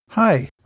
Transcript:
Hi